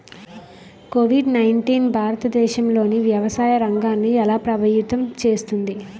Covid nineteen భారతదేశంలోని వ్యవసాయ రంగాన్ని ఎలా ప్రభావితం చేస్తుంది?